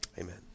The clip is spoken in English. amen